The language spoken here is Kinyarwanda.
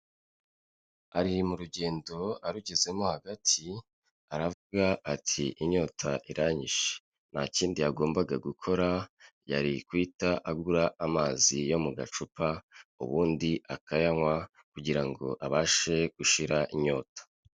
Ari mu rugendo arugezemo hagati, aravuga ati"inyota iranyishe", nta kindi yagombaga gukora yari guhita agura amazi yo mu gacupa ubundi akayanywa kugira ngo abashe gushira inyota.